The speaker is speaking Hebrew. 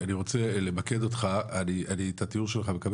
את התיאור שלך אני מקבל,